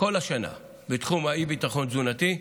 כל השנה בתחום אי-הביטחון התזונתי,